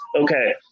Okay